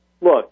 look